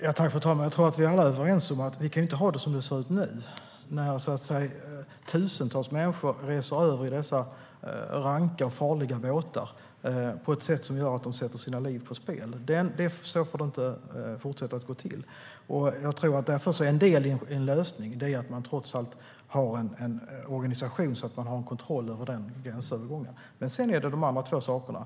Fru talman! Jag tror att vi alla är överens om att vi inte kan ha det som det ser ut nu när tusentals människor reser över i dessa ranka och farliga båtar på ett sätt som gör att de sätter sina liv på spel. Så får det inte fortsätta att gå till. En del i en lösning är att man trots allt har en organisation så att man har en kontroll över gränsövergången. Sedan är det de andra två sakerna.